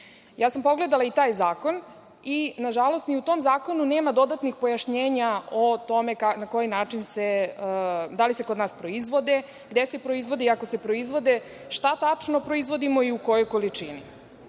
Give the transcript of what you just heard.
sam i taj zakon i na žalost ni u tom zakonu nema dodatnih pojašnjenja o tome na koji način, da li se kod nas proizvode, gde se proizvode i ako se proizvode šta tačno proizvodimo i u kojoj količini. Pa,